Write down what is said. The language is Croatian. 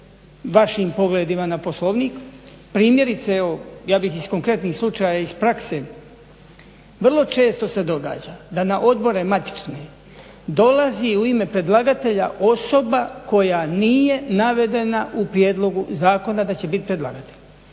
vašim pogledima na Poslovnik. Primjerice evo ja bih iz konkretnih slučaja iz prakse, vrlo često se događa da na odbore matične dolazi u ime predlagatelja osoba koja nije navedena u prijedlogu zakona da će bit predlagatelj.